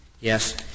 yes